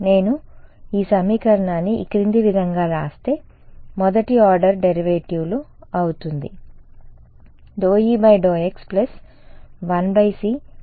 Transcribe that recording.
నేను ఈ సమీకరణాన్ని ఈ క్రింది విధంగా వ్రాస్తే మొదటి ఆర్డర్ డెరివేటివ్ లు అవుతుంది